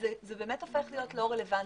זה הופך להיות לא רלוונטי.